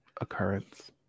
occurrence